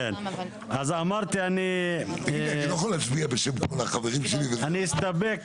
כן, אז אמרתי, אני אסתפק